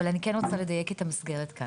אבל אני חייבת לדייק את המסגרת כאן.